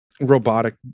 robotic